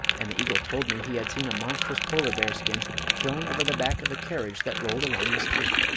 and the eagle told me he had seen a monstrous polar bear skin thrown over the back of a carriage that rolled along the street.